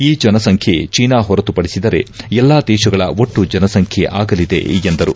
ಈ ಜನಸಂಖ್ಯೆ ಚೀನಾ ಹೊರತು ಪಡಿಸಿದರೆ ಎಲ್ಲಾ ದೇಶಗಳ ಒಟ್ಟು ಜನಸಂಖ್ಯೆ ಆಗಲಿದೆ ಎಂದರು